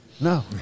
No